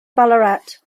ballarat